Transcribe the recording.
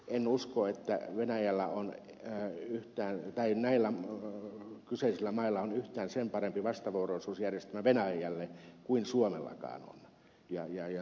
en usko että näillä kyseisillä mailla on yhtään sen parempi vastavuoroisuusjärjestelmä venäjälle kuin suomellakaan on